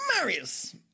Marius